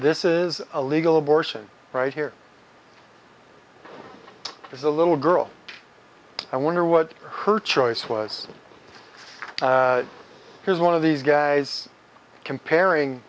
this is a legal abortion right here there's a little girl i wonder what her choice was here's one of these guys comparing